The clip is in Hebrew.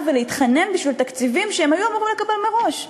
ולהתחנן בשביל תקציבים שהם היו אמורים לקבל מראש?